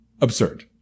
Absurd